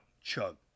chug